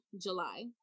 july